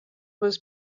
was